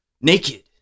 naked